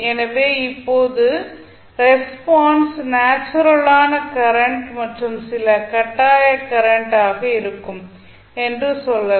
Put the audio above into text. எனவே இப்போது ரெஸ்பான்ஸ் நேச்சுரலான கரண்ட் மற்றும் சில கட்டாய கரண்ட் ஆக இருக்கும் என்று சொல்லலாம்